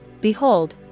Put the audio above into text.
Behold